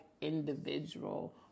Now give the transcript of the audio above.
individual